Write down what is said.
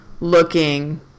looking